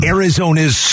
Arizona's